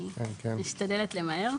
אני משתדלת למהר.